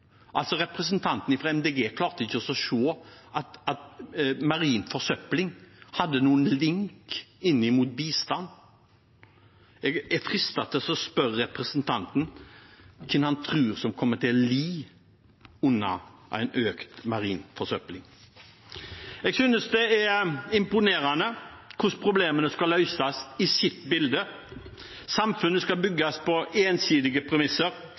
Representanten fra Miljøpartiet De Grønne klarte ikke å se at marin forsøpling hadde noen link til bistand. Jeg er fristet til å spørre representanten hvem han tror kommer til å lide under en økt marin forsøpling. Jeg synes det er imponerende hvordan problemene skal løses «i sitt bilde»: Samfunnet skal bygges på ensidige premisser,